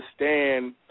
understand